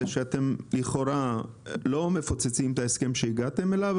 אתם לכאורה לא מפוצצים את ההסכם שהגעתם אליו,